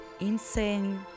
Insane